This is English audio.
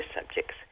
subjects